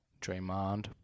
Draymond